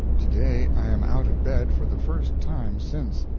to-day i am out of bed for the first time since.